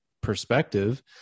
perspective